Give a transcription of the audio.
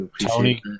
Tony